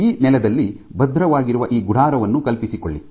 ಈ ನೆಲದಲ್ಲಿ ಭದ್ರವಾಗಿರುವ ಈ ಗುಡಾರವನ್ನು ಕಲ್ಪಿಸಿಕೊಳ್ಳಿ